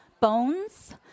bones